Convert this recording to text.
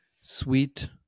sweet